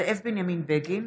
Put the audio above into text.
זאב בנימין בגין,